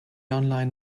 online